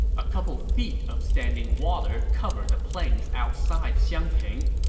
a couple feet of standing water covered the plains outside xiangping.